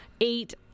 eight